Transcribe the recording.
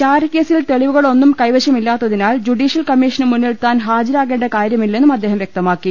ചാരക്കേസിൽ തെളിവുകളൊന്നും കൈവ ശമില്ലാത്തതിനാൽ ജുഡീഷ്യൽ കമ്മീഷനുമുന്നിൽ താൻ ഹാജ രാകേണ്ട കാര്യമില്ലെന്നും അദ്ദേഹം വൃക്തമാക്കി